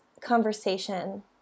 conversation